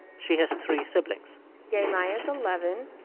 she has three siblings yemaya is eleven.